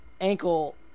ankle